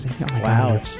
Wow